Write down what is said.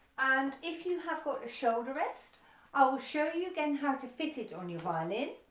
and if you have got the shoulder rest i will show you again how to fit it on your violin.